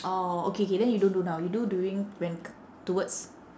orh okay K then you don't do now you do during when c~ towards